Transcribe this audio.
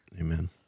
Amen